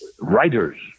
Writers